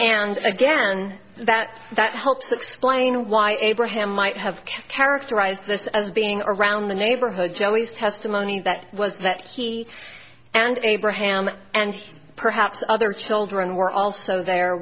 and again that that helps explain why abraham might have characterized this as being around the neighborhood she always testimony that was that he and abraham and perhaps other children were also there